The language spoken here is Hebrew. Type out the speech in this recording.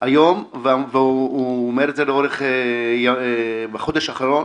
היום והוא אומר את זה בחודש האחרון,